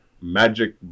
magic